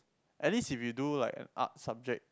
at least if you do like an art subject